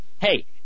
hey